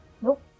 Nope